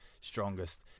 strongest